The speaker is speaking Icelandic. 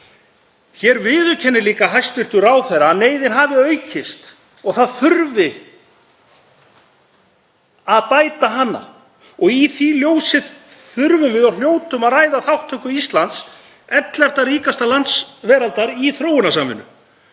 Hér viðurkennir líka hæstv. ráðherra að neyðin hafi aukist og það þurfi að bæta úr. Í því ljósi þurfum við og hljótum að ræða þátttöku Íslands, 11. ríkasta lands veraldar, í þróunarsamvinnu